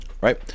right